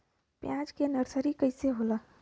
प्याज के नर्सरी कइसे होला?